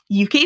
uk